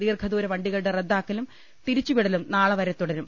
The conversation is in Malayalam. ദീർഘദൂര വണ്ടികളുടെ റദ്ദാക്കലും തിരിച്ചു വിടലും നാളെ വരെ തുടരും